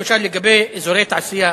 למשל לגבי אזורי תעשייה,